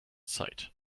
sight